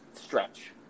stretch